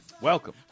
Welcome